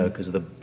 because of the.